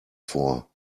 vor